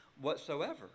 whatsoever